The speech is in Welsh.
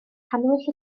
cannwyll